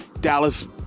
Dallas